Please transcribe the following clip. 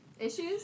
Issues